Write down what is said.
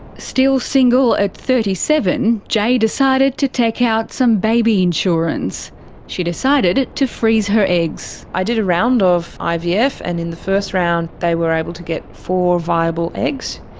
still single at thirty seven, jay decided to take out some baby insurance she decided to freeze her eggs. i did a round of ivf, and in the first round they were able to get four viable eggs.